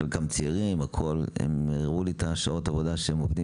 חלקם צעירים והם הראו לי את השעות שהם עובדים